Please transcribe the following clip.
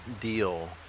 deal